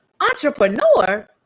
entrepreneur